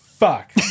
Fuck